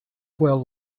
well